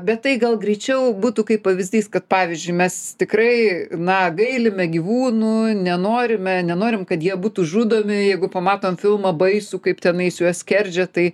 bet tai gal greičiau būtų kaip pavyzdys kad pavyzdžiui mes tikrai na gailime gyvūnų nenorime nenorim kad jie būtų žudomi jeigu pamatom filmą baisų kaip tenai su juo skerdžia tai